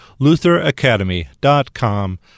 lutheracademy.com